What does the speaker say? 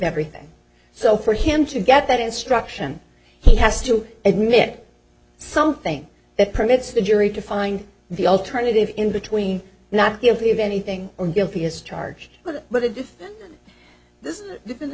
everything so for him to get that instruction he has to admit something that permits the jury to find the alternative in between not guilty of anything or guilty as charged but i